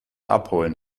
abholen